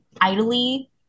idly